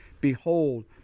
Behold